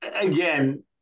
Again